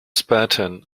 spartan